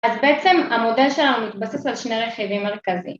‫אז בעצם, המודל שלנו ‫מתבסס על שני רכיבים מרכזיים.